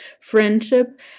friendship